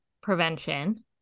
prevention